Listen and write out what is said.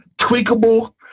tweakable